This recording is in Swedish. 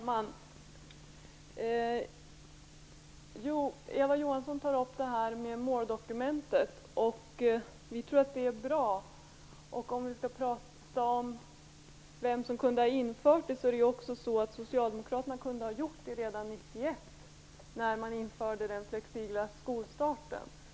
Herr talman! Eva Johansson tog upp frågan om måldokumentet. Vi tror att det är bra. Om vi nu skall diskutera vem som kunde har infört det, kan jag säga att Socialdemokraterna kunde ha gjort det redan 1991, när man införde den flexibla skolstarten.